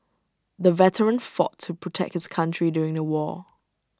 the veteran fought to protect his country during the war